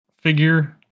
figure